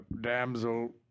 damsel